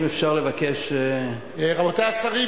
אם אפשר לבקש --- רבותי השרים,